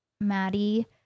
Maddie